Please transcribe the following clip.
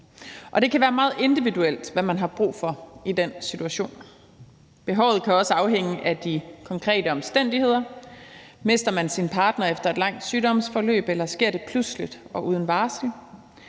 Det kan være meget individuelt, hvad man har brug for i den situation. Behovet kan også afhænge af de konkrete omstændigheder, altså om man mister sin partner efter et langt sygdomsforløb eller det sker pludseligt og uden varsel.